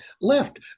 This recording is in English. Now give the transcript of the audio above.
left